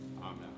Amen